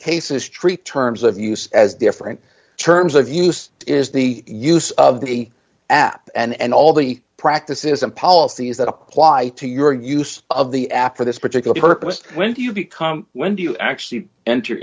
cases treat terms of use as different terms of use is the use of the app and all the practices and policies that apply to your use of the app for this particular purpose when you become when do you actually enter